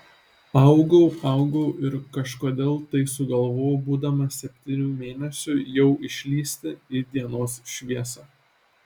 augau augau ir kažkodėl tai sugalvojau būdamas septynių mėnesių jau išlįsti į dienos šviesą